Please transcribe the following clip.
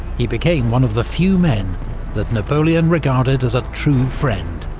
he became one of the few men that napoleon regarded as a true friend.